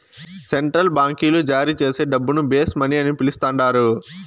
central బాంకీలు జారీచేసే డబ్బును బేస్ మనీ అని పిలస్తండారు